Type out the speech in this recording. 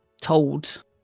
Told